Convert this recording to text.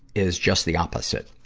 is just the opposite.